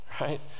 right